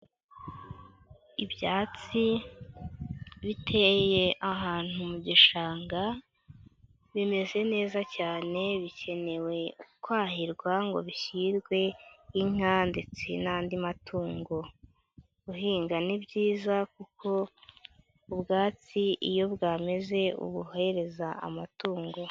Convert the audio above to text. Ibyatsi biteye ahantu mu gishanga bimeze neza cyane bikenewe kwahirwa ngo bishyirwe inka ndetse n'andi matungo. Guhinga ni byiza kuko ubwatsi iyo bwameze ubuhereza amatungo.